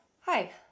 hi